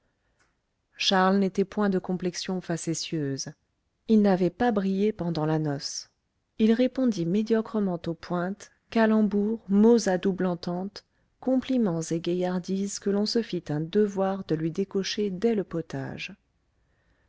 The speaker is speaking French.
charles n'était point de complexion facétieuse il n'avait pas brillé pendant la noce il répondit médiocrement aux pointes calembours mots à double entente compliments et gaillardises que l'on se fit un devoir de lui décocher dès le potage